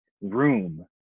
room